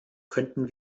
könnten